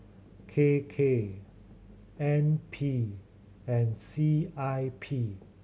K K N P and C I P